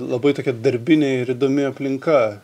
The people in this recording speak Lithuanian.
labai tokia darbinė ir įdomi aplinka